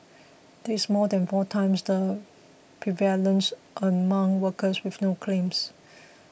this is more than four times the prevalence among workers with no claims